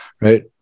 right